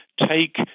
take